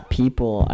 people